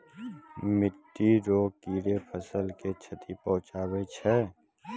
मिट्टी रो कीड़े फसल के क्षति पहुंचाबै छै